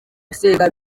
usenga